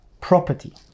property